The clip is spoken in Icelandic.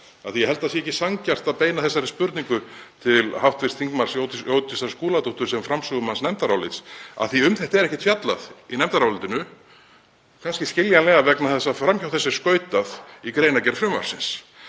að ég held að það sé ekki sanngjarnt að beina þessari spurningu til hv. þm. Jódísar Skúladóttur sem framsögumanns nefndarálits, af því um þetta er ekkert fjallað í nefndarálitinu, kannski skiljanlega vegna þess að fram hjá þessu er skautað í greinargerð frumvarpsins